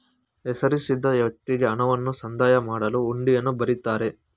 ಹೆಸರಿಸಿದ ವ್ಯಕ್ತಿಗೆ ಹಣವನ್ನು ಸಂದಾಯ ಮಾಡಲು ಹುಂಡಿಯನ್ನು ಬರಿತಾರೆ